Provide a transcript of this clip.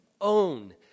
own